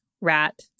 rat